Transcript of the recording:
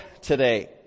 today